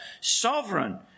sovereign